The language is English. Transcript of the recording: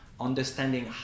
understanding